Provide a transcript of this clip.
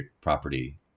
property